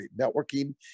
networking